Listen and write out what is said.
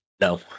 No